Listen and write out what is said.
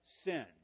sin